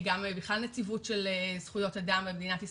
גם בכלל נציבות של זכויות אדם במדינת ישראל,